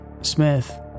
Smith